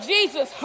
Jesus